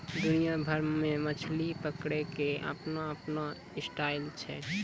दुनिया भर मॅ मछली पकड़ै के आपनो आपनो स्टाइल छै